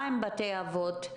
מה עם בתי אבות?